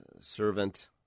servant